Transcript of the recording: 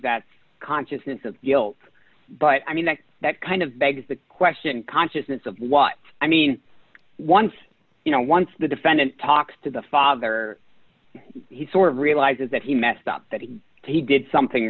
that consciousness of guilt but i mean that that kind of begs the question consciousness of what i mean once you know once the defendant talks to the father he sort of realizes that he messed up that he he did something